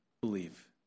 believe